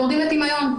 ירדו לטמיון.